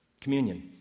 Communion